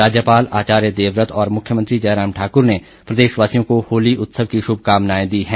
राज्यपाल आचार्य देवव्रत और मुख्यमंत्री जयराम ठाकुर ने प्रदेशवासियों को होली उत्सव की शुभकामनाएं दी हैं